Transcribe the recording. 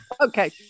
okay